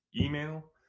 email